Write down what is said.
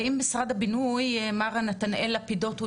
מר נתנאל לפידות,